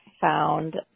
found